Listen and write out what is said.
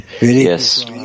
Yes